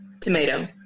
Tomato